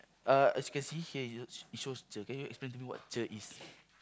uh as you can see here it shows cher can you explain what cher is